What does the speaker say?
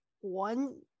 one